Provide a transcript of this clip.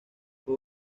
fue